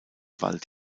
wald